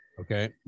Okay